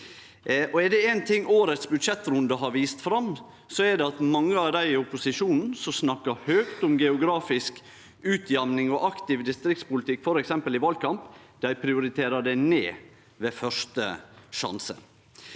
Er det éin ting årets budsjettrunde har vist fram, så er det at mange av dei i opposisjonen som snakkar høgt om geografisk utjamning og aktiv distriktspolitikk, f.eks. i valkamp, prioriterer det ned ved første sjanse.